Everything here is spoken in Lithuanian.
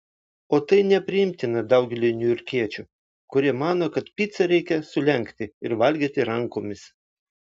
o tai nepriimtina daugeliui niujorkiečių kurie mano kad picą reikia sulenkti ir valgyti rankomis